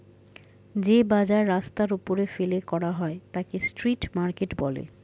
যে বাজার রাস্তার ওপরে ফেলে করা হয় তাকে স্ট্রিট মার্কেট বলে